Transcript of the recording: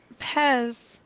Pez